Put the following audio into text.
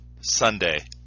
Sunday